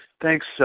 Thanks